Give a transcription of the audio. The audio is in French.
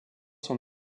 sont